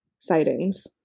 Sightings